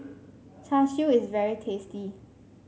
Char Siu is very tasty